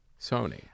Sony